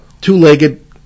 two-legged